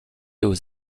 aux